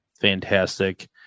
fantastic